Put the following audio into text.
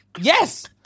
Yes